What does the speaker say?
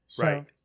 Right